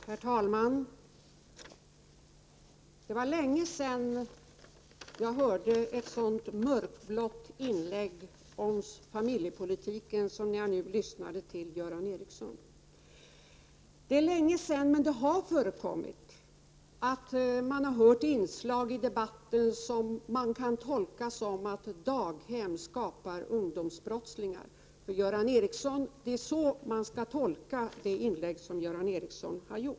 Herr talman! Det var länge sedan jag hörde ett så mörkblått inlägg om familjepolitiken som jag nu lyssnade till, Göran Ericsson. Det har förekommit inslag i debatten som har kunnat tolkas så att daghem skapar ungdomsbrottslingar. Det är så Göran Ericssons inlägg skall tolkas.